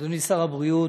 אדוני שר הבריאות,